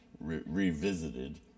Revisited